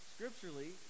Scripturally